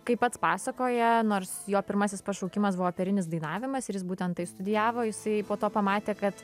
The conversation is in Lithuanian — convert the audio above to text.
kaip pats pasakoja nors jo pirmasis pašaukimas buvo operinis dainavimas ir jis būtent tai studijavo jisai po to pamatė kad